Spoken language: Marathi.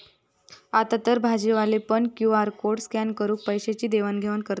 आतातर भाजीवाले पण क्यु.आर कोड स्कॅन करून पैशाची देवाण घेवाण करतत